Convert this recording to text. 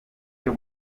cyo